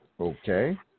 Okay